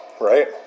right